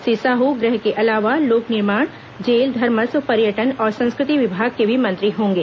श्री साहू गृह के अलावा लोक निर्माण जेल धर्मस्व पर्यटन और संस्कृति विभाग के भी मंत्री होंगे